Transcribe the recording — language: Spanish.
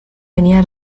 venía